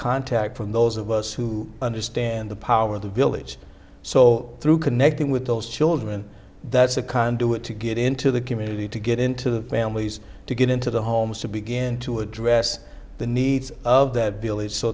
contact from those of us who understand the power of the village so through connecting with those children that's a conduit to get into the community to get into the families to get into the homes to begin to address the needs of th